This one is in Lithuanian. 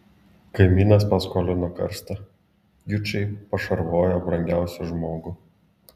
kaimynas paskolino karstą jučai pašarvojo brangiausią žmogų